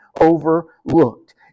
overlooked